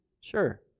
Sure